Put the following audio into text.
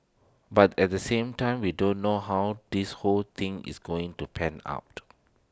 but at the same time we don't know how this whole thing is going to pan out